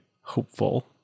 hopeful